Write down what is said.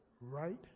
Right